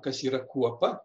kas yra kuopa